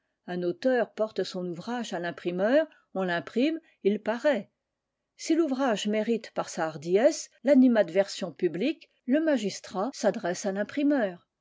un auteur porte son ouvrage à l'imprimeur on l'imprime il paraît si l'ouvrage mérite par sa hardiesse l'animadversion publique le magistrat s'adresse à l'imprimeur